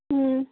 ꯎꯝ